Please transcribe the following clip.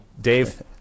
Dave